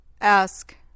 Ask